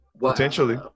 potentially